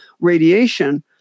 radiation